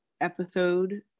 episode